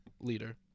leader